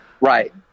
Right